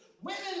women